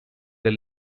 they